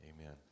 Amen